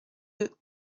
deux